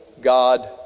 God